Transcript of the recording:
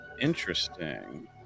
interesting